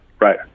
right